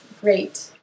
great